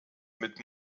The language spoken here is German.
mit